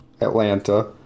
Atlanta